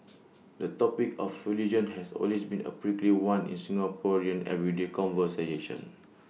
the topic of religion has always been A prickly one in Singaporean everyday conversation